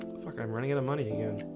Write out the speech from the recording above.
fuck i'm running out of money again.